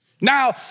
Now